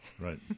Right